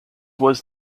was